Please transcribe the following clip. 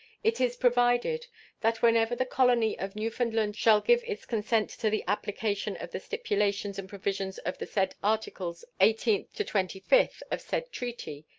it is provided that whenever the colony of newfoundland shall give its consent to the application of the stipulations and provisions of the said articles eighteenth to twenty-fifth of said treaty,